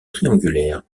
triangulaire